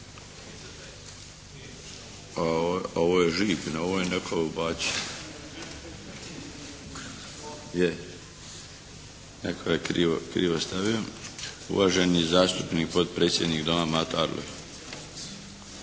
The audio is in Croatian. razumije./… Ovo je netko ubacio. Netko je krivo stavio. Uvaženi zastupnik potpredsjednik Doma Mato